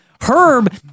Herb